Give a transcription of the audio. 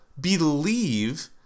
believe